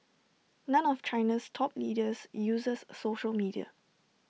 none of China's top leaders uses social media